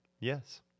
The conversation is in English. Yes